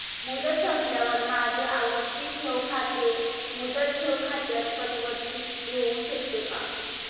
मुदत संपल्यावर माझे आवर्ती ठेव खाते मुदत ठेव खात्यात परिवर्तीत होऊ शकते का?